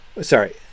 sorry